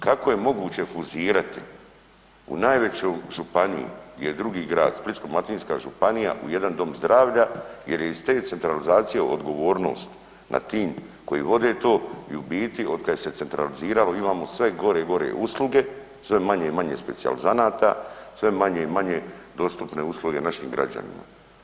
Kako je moguće fuzirati u najveću županiji gdje je drugi grad Splitsko-dalmatinska županija u jedan dom zdravlja jer je iz te centralizacije odgovornost na tim koji vode to i u biti otkad je se centraliziralo imamo sve gore i gore usluge, sve manje i manje specijalizanata sve manje i manje dostupne usluge našim građanima.